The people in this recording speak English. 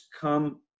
come